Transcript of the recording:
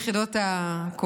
אחת מיחידות הקומנדו.